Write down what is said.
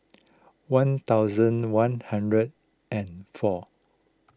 one thousand one hundred and four